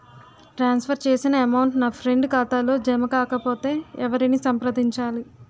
ట్రాన్స్ for చేసిన amount నా friend ఖాతాలో జమ కాకపొతే ఎవరిని సంప్రదించాలి?